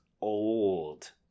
old